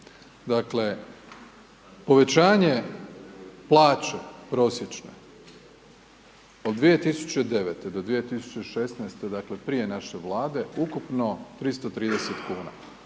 Dakle, povećanje plaće prosječne od 2009. do 2016., dakle prije naše vlade, ukupno 330 kn.